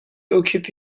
occupe